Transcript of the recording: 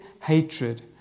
hatred